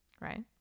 right